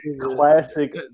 classic